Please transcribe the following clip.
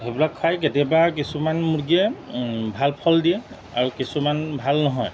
সেইবিলাক খাই কেতিয়াবা কিছুমান মুৰ্গীয়ে ভাল ফল দিয়ে আৰু কিছুমান ভাল নহয়